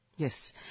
Yes